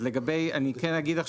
אז אני כן אגיד,